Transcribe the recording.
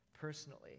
personally